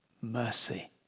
mercy